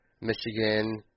Michigan